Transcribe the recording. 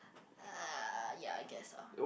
er ya I guess uh